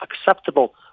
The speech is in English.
acceptable